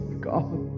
God